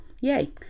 yay